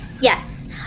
Yes